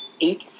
eight